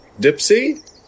Dipsy